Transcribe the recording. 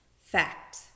Fact